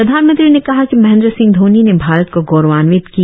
प्रधानमंत्री ने कहा कि महेंद्र सिंह धोनी ने भारत को गौरवान्वित किया